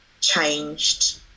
changed